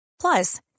Plus